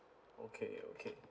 okay okay